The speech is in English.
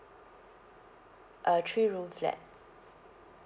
a three room flat